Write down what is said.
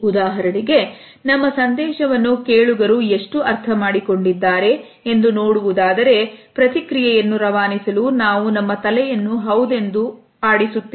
ಉದಾಹರಣೆಗೆ ನಮ್ಮ ಸಂದೇಶವನ್ನು ಕೇಳುಗರು ಎಷ್ಟು ಅರ್ಥ ಮಾಡಿಕೊಂಡಿದ್ದಾರೆ ಎಂದು ನೋಡುವುದಾದರೆ ಪ್ರತಿಕ್ರಿಯೆಯನ್ನು ರವಾನಿಸಲು ನಾವು ನಮ್ಮ ತಲೆಯನ್ನು ಹೌದೆಂದು ತಲೆಯಾಡಿಸುತ್ತೇವೆ